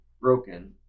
broken